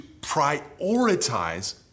prioritize